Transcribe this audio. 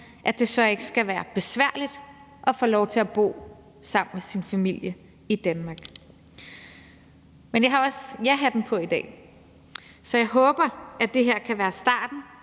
skal det ikke være besværligt at få lov til at bo sammen med sin familie i Danmark. Men jeg har også jahatten på i dag, så jeg håber, at det her kan være starten